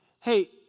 hey